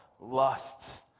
lusts